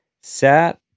sat